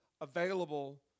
available